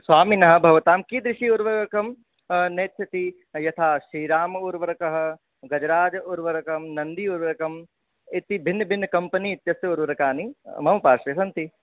स्वामिना भवतां कीदृशी उर्वरुकम् नेच्छति यथा श्रीराम उर्वरकः गजराज उर्वरकम् नन्दी उर्वरकम् इति भिन्न भिन्न कम्पनी इत्यस्य उर्वरकानि मम पार्श्वे सन्ति